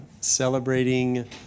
celebrating